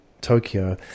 tokyo